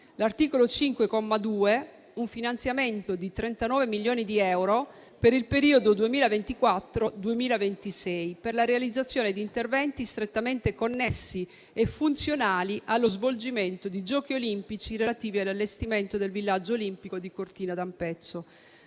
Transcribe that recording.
prevede un finanziamento di 39 milioni di euro, per il periodo 2024-2026, per la realizzazione di interventi strettamente connessi e funzionali allo svolgimento dei giochi olimpici relativi all'allestimento del villaggio olimpico di Cortina d'Ampezzo.